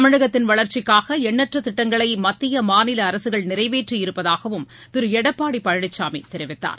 தமிழகத்தின் வளர்ச்சிக்காக எண்ணற்ற திட்டங்களை மத்திய மாநில அரசுகள் நிறைவேற்றி இருப்பதாகவும் திரு எடப்பாடி பழனிசாமி தெரிவித்தார்